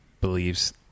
believes